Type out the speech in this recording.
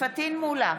פטין מולא,